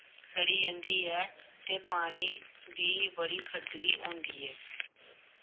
सड़ी जंदी ऐ ते पानी दी बड़ी खज्जली होंदी ऐ